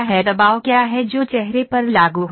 दबाव क्या है जो चेहरे पर लागू होता है